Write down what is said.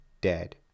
dead